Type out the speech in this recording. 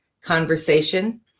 conversation